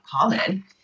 common